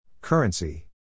Currency